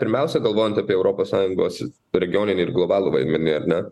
pirmiausia galvojant apie europos sąjungos regioninį ir globalų vaidmenį ar ne